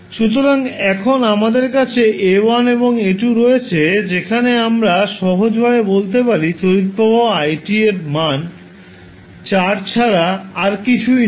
সুতরাং এখন আমাদের কাছে A1 এবং A2 রয়েছে যেখানে আমরা সহজভাবে বলতে পারি তড়িৎ প্রবাহ i এর মান 4 ছাড়া আর কিছুই নয়